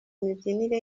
mibyinire